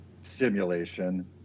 simulation